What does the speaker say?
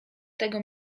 tego